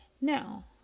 Now